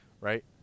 right